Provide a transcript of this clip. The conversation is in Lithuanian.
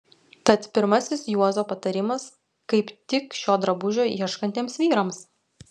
tad pirmasis juozo patarimas kaip tik šio drabužio ieškantiems vyrams